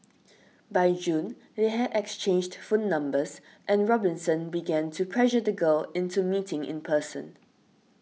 by June they had exchanged phone numbers and Robinson began to pressure the girl into meeting in person